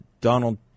Donald